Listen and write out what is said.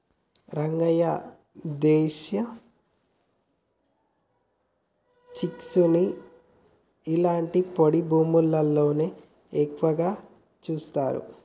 రంగయ్య దేశీ చిక్పీసుని ఇలాంటి పొడి భూముల్లోనే ఎక్కువగా సాగు చేస్తారు